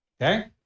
Okay